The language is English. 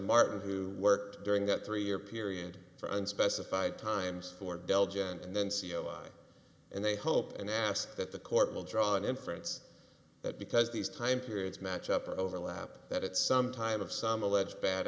martin who worked during that three year period for unspecified times for dell gent and then c e o i and they hope and ask that the court will draw an inference that because these time periods match up or overlap that at some time of some alleged bad